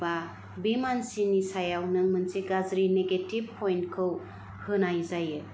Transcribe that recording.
बा बे मानसिनि सायाव नों मोनसे गाज्रि निगेटिभ फयेन्थखौ होनाय जायो